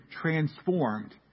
transformed